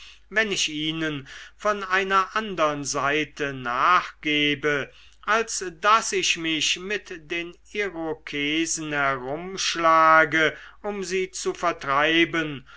wenn ich ihnen von einer andern seite nachgebe als daß ich mich mit den irokesen herumschlage um sie zu vertreiben